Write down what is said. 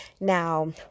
now